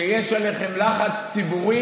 שיש עליכם לחץ ציבורי